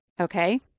Okay